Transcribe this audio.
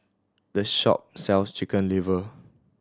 this shop sells Chicken Liver